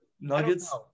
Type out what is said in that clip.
Nuggets